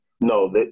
No